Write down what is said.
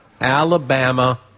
Alabama